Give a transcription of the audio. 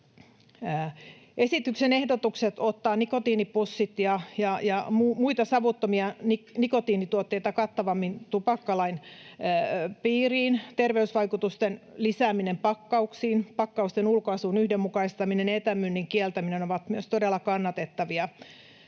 Esityksen ehdotukset ottaa nikotiinipussit ja muita savuttomia nikotiinituotteita kattavammin tupakkalain piiriin, terveysvaikutusten lisääminen pakkauksiin, pakkausten ulkoasun yhdenmukaistaminen, etämyynnin kieltäminen ovat myös todella kannatettavia.